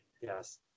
Yes